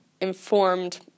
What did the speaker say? informed